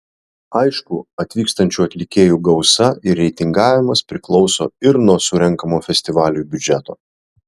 aišku atvykstančių atlikėjų gausa ir reitingavimas priklauso ir nuo surenkamo festivaliui biudžeto